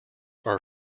are